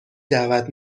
دعوت